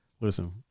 listen